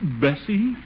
Bessie